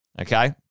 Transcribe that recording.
okay